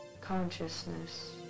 Consciousness